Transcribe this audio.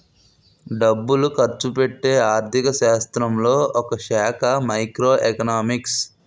డబ్బులు ఖర్చుపెట్టే ఆర్థిక శాస్త్రంలో ఒకశాఖ మైక్రో ఎకనామిక్స్